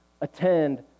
attend